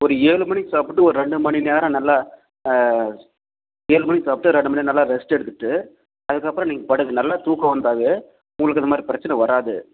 ஒரு ஏழு மணிக்கு சாப்பிட்டு ஒரு ரெண்டு மணி நேரம் நல்லா ஏழு மணிக்கு சாப்பிட்டு ஒரு ரெண்டு மணி நேரம் நல்லா ரெஸ்ட் எடுத்துட்டு அதுக்கப்புறம் நீங்கள் படுங்கள் நல்லா தூக்கம் வந்தாலே உங்களுக்கு இதுமாதிரி பிரச்சனை வராது